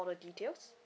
the details